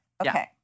Okay